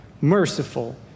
merciful